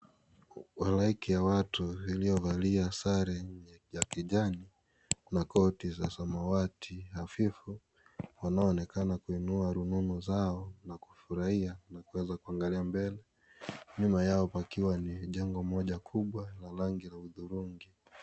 Halaiki ya watu iliyovalia sare ya kijani na koti za samawati havifu wanaonekana kuinua rununu zao na kufurahia na kuweza kuaangalia mbele nyuma yao pakiwa na jengo moja kubwa la rangi ya udhurungi.